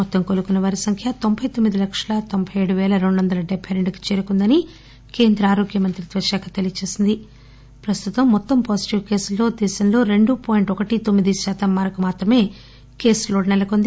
మొత్తం కోలుకున్న వారి సంఖ్య తొంబై తొమ్మిది లక్షల తొంబై ఏడు పేల రెండు వంద డెబ్బై రెండు కి చేరుకుందని కేంద్ర ఆరోగ్య మంత్రిత్వ శాఖ తెలియజేసింది ప్రస్తుతం మొత్తం పాజిటివ్ కేసుల్లో దేశంలో రెండు పాయింట్ ఒకటి తొమ్మిది శాతం మేరకు మాత్రమే కేసు లోడ్ సెలకొంది